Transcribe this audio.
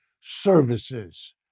services